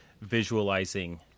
visualizing